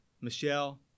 Michelle